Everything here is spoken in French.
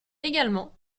également